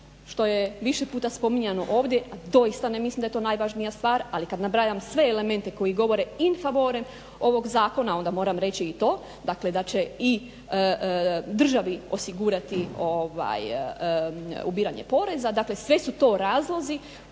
što je više puta spominjano ovdje a doista mislim da je to najvažnija stvar ali kad nabrajam sve elemente koji govore …/Govornik se ne razumije./… ovog zakona onda moram reći i to da će državi osigurati ovaj ubiranje poreza. Dakle sve su to razlozi